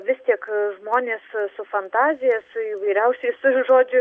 vis tik žmonės su fantazija su įvairiausiais žodžiu